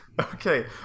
Okay